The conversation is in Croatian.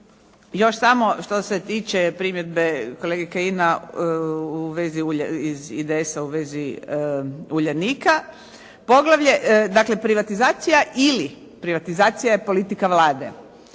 Još samo što se tiče primjedbe kolege Kajina iz IDS-a u vezi Uljanika. Dakle, privatizacija ili privatizacija je politika Vlade.